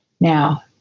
Now